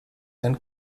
einen